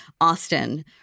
Austin